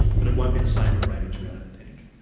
but it won't be the same for brain injury i don't think.